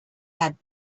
had